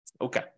Okay